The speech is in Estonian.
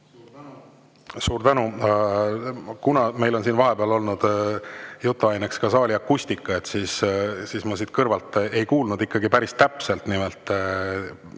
Suur tänu! Meil on siin vahepeal olnud jutuaineks ka saali akustika ja ma siit kõrvalt ei kuulnud ikkagi päris täpselt. Nimelt,